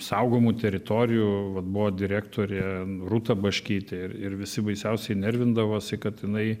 saugomų teritorijų vat buvo direktorė rūta baškytė ir ir visi baisiausiai nervindavosi kad jinai